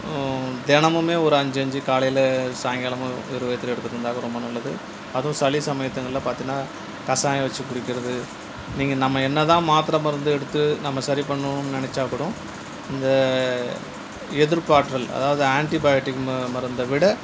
தினமுமே ஒரு அஞ்சு அஞ்சு காலையில் சாயங்காலமும் வெறும் வயித்தில் எடுத்திருந்தால் ரொம்ப நல்லது அதுவும் சளி சமயத்தில் பார்த்தீங்கன்னா கஷாயம் வச்சு குடிக்கிறது நீங்கள் நம்ம என்ன தான் மாத்திர மருந்து எடுத்து நம்ம சரி பண்ணணும்னு நினைச்சாக்கூட இந்த எதிர்ப்பாற்றல் அதாவது ஆன்டிபயோடிக் மருந்தை விட